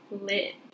lit